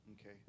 Okay